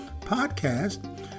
podcast